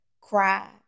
cry